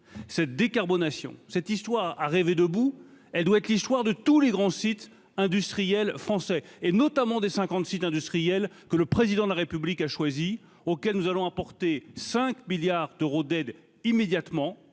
cette décarbonation cette histoire à rêver debout, elle doit être l'histoire de tous les grands sites industriels français et notamment des 50 sites industriels que le président de la République a choisi auquel nous allons apporter 5 milliards d'euros d'aide immédiatement